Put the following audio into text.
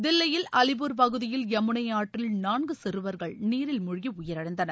தில்லியில் அலிப்பூர் பகுதியில் யமுனை ஆற்றில் நான்கு சிறுவர்கள் நீரில் மூழ்கி உயிரிழந்தனர்